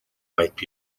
might